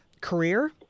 career